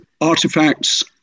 artifacts